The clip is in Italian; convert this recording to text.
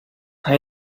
hai